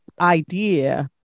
idea